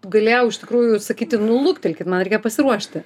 galėjau iš tikrųjų sakyti nu luktelkit man reikia pasiruošti